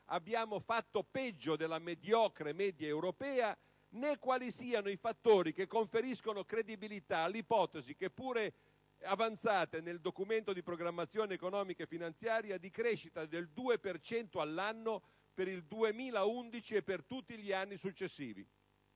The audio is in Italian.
abbiamo fatto peggio della mediocre media europea, né quali siano i fattori che conferiscono credibilità alle ipotesi, che pure avanzate nel Documento di programmazione economico-finanziaria, di crescita del 2 per cento l'anno per il 2011 e per tutti gli anni successivi.